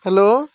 hello